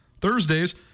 Thursdays